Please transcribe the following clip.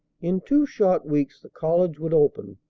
in two short weeks the college would open,